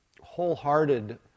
wholehearted